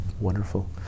Wonderful